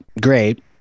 great